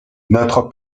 notre